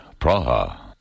Praha